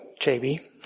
JB